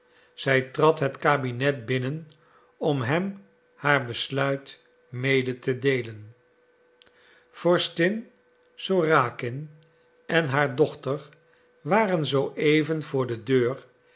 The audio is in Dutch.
zij trad zijn kabinet binnen om hem haar besluit mede te deelen vorstin sorakin en haar dochter waren zooeven voor de deur